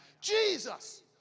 Jesus